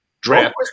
draft